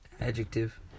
Adjective